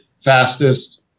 fastest